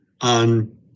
on